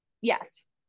Yes